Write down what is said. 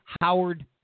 Howard